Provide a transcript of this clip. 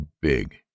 big